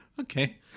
Okay